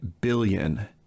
billion